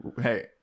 hey